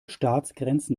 staatsgrenzen